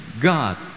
God